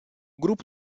grupo